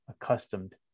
accustomed